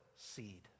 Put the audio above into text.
seed